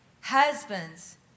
Husbands